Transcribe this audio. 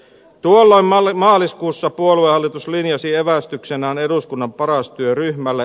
tuolloin maaliskuussa puoluehallitus linjasi evästyksenään eduskunnan paras työryhmälle